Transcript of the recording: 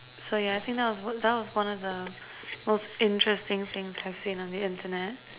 so yeah I think that was that was one of the most interesting things I've seen on the internet